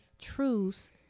truths